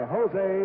Jose